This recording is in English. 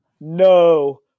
no